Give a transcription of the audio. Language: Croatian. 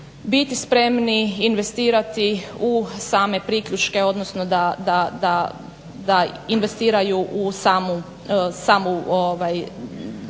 biti spremni investirati u same priključke, odnosno da investiraju u samu